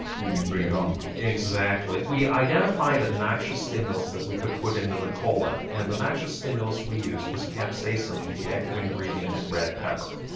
meaning bring it on? exactly. we identified obnoxious stimulus that we could put into the colon and the noxious stimulus we used was capsaicin, the active ingredient in red pepper.